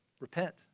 repent